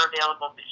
available